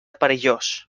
perillós